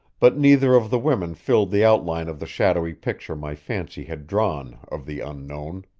but neither of the women filled the outline of the shadowy picture my fancy had drawn of the unknown.